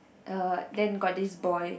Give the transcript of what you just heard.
uh then got this boy